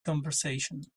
conversation